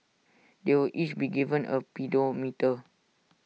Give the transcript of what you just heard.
they will each be given A pedometer